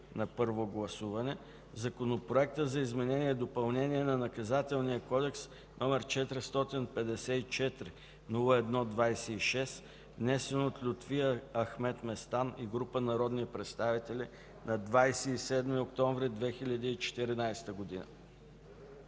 на първо гласуване Законопроект за изменение и допълнение на Наказателния кодекс, № 454-01-26, внесен от Лютви Ахмед Местан и група народни представители на 27 октомври 2014 г.;